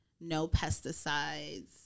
no-pesticides